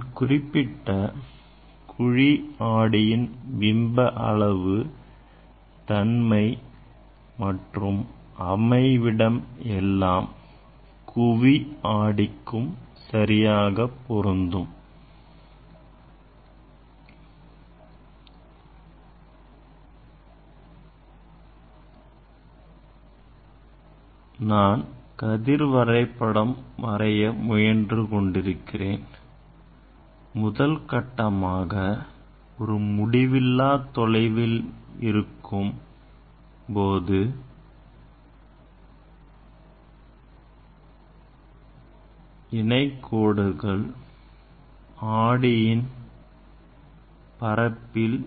நான் குறிப்பிட்ட குழிஆடியின் பிம்ப அளவு தன்மை மற்றும் அமைவிடம் எல்லாம் குவி ஆடிக்கும் சரியாக பொருந்தும் கதிர் வரைபடம் வரைய முயன்று கொண்டிருக்கிறேன் முதல் கட்டமாக பொருள் ஒரு முடிவில்லாத தொலைவில் இருக்கும் போது இணை கதிர்கள் ஆடியின் பரப்பில்